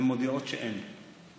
הן מודיעות שאין,